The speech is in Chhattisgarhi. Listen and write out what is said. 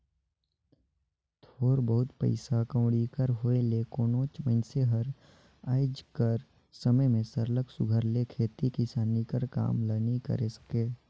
थोर बहुत पइसा कउड़ी कर होए ले कोनोच मइनसे हर आएज कर समे में सरलग सुग्घर ले खेती किसानी कर काम ल नी करे सके